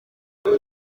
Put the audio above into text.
uko